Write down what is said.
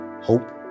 hope